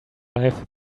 life